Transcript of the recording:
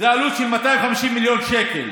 זו עלות של 250 מיליון שקל.